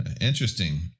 interesting